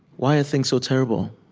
why are things so terrible?